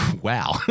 Wow